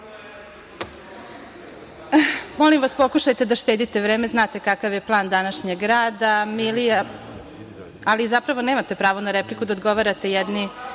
molim vas, pokušajte da štedite vreme, znate kakav je plan današnjeg rada. Zapravo, nemate pravo na repliku, da odgovarate jedni